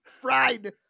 fried